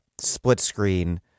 split-screen